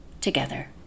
together